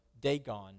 Dagon